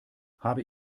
habe